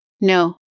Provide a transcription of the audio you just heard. No